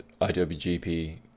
IWGP